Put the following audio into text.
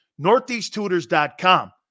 northeasttutors.com